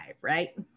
right